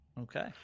Okay